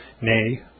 nay